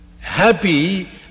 happy